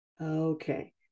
Okay